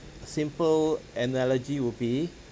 simple analogy would be